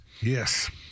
Yes